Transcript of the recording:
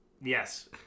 Yes